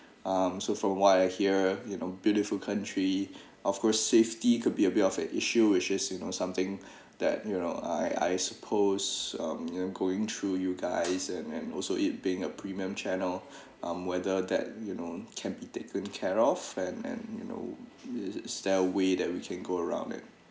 um so for why I here you know beautiful country of course safety could be a bit of an issue which is you know something that you know I I suppose um you know going through you guys and and also it being a premium channel um whether that you know can be taken care of and and you know it's there way that we can go around it